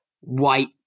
white